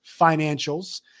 financials